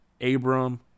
Abram